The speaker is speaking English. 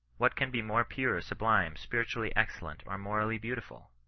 what can be more pure, sublime, spiritually excellent, or morally beautiful!